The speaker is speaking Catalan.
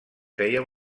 feia